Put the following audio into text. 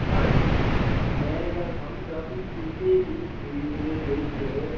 ਪਰ ਮੈਂ ਇਹ ਗੱਲ ਸਮਝਦਾ ਵੀ ਕਿਸੇ ਵੀ ਫੀਲਡ ਦੇ ਵਿੱਚ